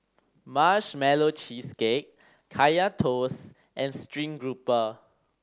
Marshmallow Cheesecake Kaya Toast and stream grouper